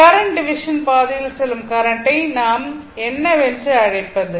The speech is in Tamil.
கரண்ட் டிவிஷன் பாதையில் செல்லும் கரண்ட்டை நாம் என்ன என்று அழைப்பது